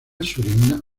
surinam